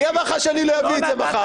מי אמר לך שאני לא אביא את זה מחר?